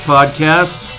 Podcast